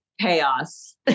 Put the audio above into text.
chaos